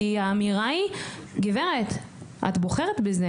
כי האמירה היא - גברת, את בוחרת בזה.